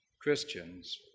Christians